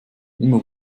immer